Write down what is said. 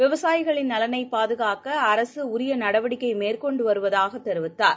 விவசாயிகளின் நலனைப் பாதுகாக்கஅரசுஉரியநடவடிக்கைமேற்கொண்டுவருவதாகதெரிவித்தார்